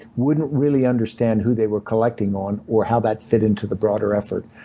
wouldn't really understand who they were collecting on or how that fit into the broader effort.